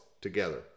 together